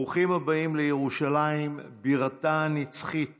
ברוכים הבאים לירושלים, בירתה הנצחית